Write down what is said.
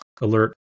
alert